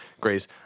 grace